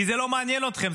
כי זה לא מעניין אתכם.